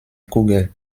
kugel